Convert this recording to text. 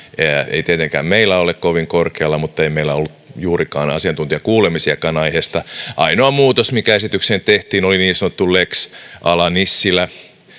ei tietenkään meillä ole kovin korkealla mutta ei meillä ollut juurikaan asiantuntijakuulemisiakaan aiheesta ainoa muutos mikä esitykseen tehtiin oli niin sanottu lex ala nissilä